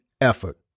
effort